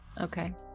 okay